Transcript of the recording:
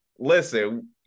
listen